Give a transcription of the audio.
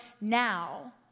now